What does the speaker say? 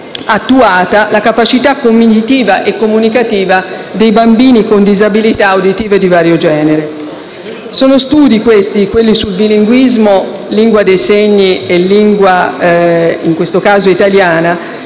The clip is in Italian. attuata la capacità cognitiva e comunicativa dei bambini con disabilità uditiva di vario genere. Gli studi sul bilinguismo - lingua dei segni e lingua, in questo caso, italiana